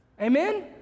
Amen